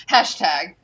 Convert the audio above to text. Hashtag